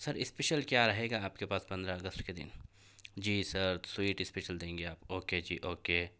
سر special کیا رہے گا آپ کے پاس پندرہ اگست کے دن جی سر سویٹ اسپیشل دیں گے آپ اوکے جی اوکے